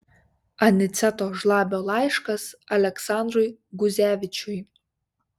aniceto žlabio laiškas aleksandrui guzevičiui